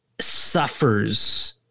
suffers